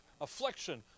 Affliction